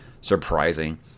surprising